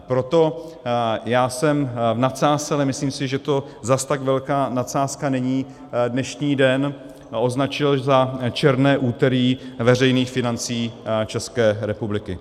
Proto já jsem v nadsázce, ale myslím si, že to zase tak velká nadsázka není, dnešní den označil za černé úterý veřejných financí České republiky.